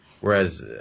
Whereas